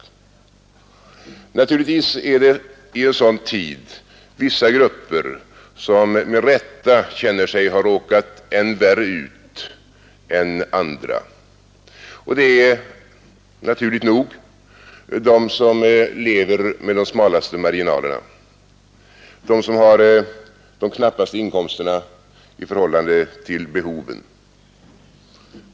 Konjunkturstimu Naturligtvis är det i en sådan tid vissa grupper som med rätta känner lerande åtgärder, m.m. sig ha råkat värre ut än andra, och det är naturligt nog de som lever med de smalaste marginalerna, de som har de knappaste inkomsterna i förhållande till behoven.